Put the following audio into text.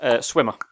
Swimmer